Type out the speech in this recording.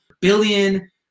billion